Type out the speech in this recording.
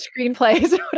screenplays